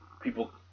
people